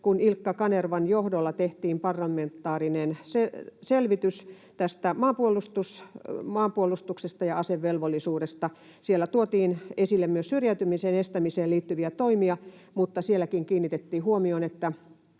kun Ilkka Kanervan johdolla tehtiin parlamentaarinen selvitys tästä maanpuolustuksesta ja asevelvollisuudesta. Siellä tuotiin esille myös syrjäytymisen estämiseen liittyviä toimia, mutta sielläkin kiinnitettiin huomiota